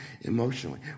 Emotionally